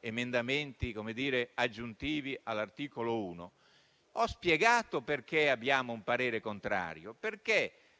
emendamenti aggiuntivi all'articolo 1, ho spiegato perché abbiamo un parere contrario: